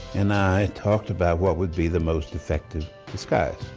and i talked about what would be the most effective disguise.